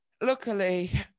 Luckily